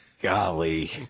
Golly